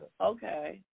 Okay